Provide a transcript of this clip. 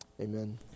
Amen